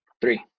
Three